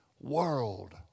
world